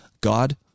God